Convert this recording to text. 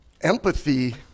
Empathy